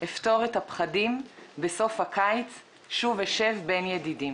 / אפתור את הפחדים / בסוף הקיץ שוב אשב בין ידידים.